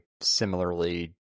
similarly